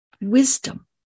wisdom